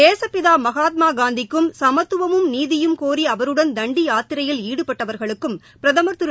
தேசப்பிதா மகாத்மா காந்திக்கு சமத்துவமும் நீதியும் கோரி அவருடன் தண்டி யாத்திரையில் ாடுபட்டவர்களுக்கும் பிரதமர் திரு